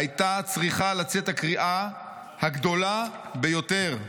הייתה צריכה לצאת הקריאה הגדולה ביותר.